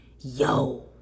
Yo